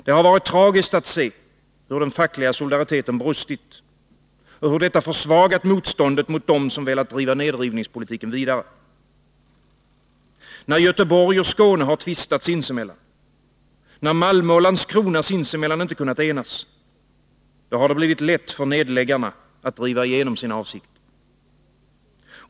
Det har varit tragiskt att se hur den fackliga solidariteten brustit och hur detta försvagat motståndet mot dem som velat driva nedrivningspolitiken vidare. När Göteborg och Skåne tvistat sinsemellan, när Malmö och Landskrona sinsemellan inte kunnat enas — då har det blivit lätt för nedläggarna att driva igenom sina avsikter.